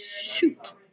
shoot